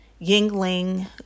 Yingling